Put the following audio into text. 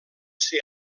ser